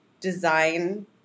design